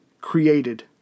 created